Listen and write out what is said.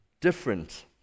different